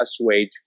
assuage